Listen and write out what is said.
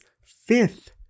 fifth